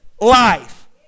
life